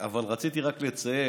אבל רציתי רק לציין,